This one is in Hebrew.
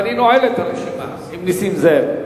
ואני נועל את הרשימה עם נסים זאב.